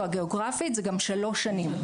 או הגאוגרפית זה גם שלוש שנים.